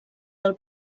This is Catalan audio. del